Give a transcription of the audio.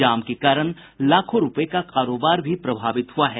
जाम के कारण लाखों रूपये का कारोबार भी प्रभावित हुआ है